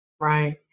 Right